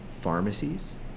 pharmacies